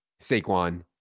Saquon